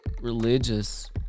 religious